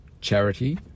charity